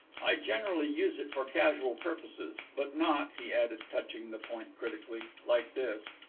i generally use it for casual purposes. but not, he added, touching the point critically, like this.